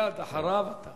מייד אחריו.